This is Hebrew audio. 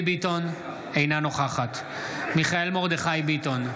אינה נוכחת מיכאל מרדכי ביטון,